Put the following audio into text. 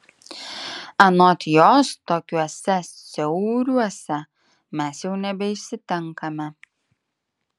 anot jos tokiuose siauriuose mes jau nebeišsitenkame